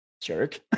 jerk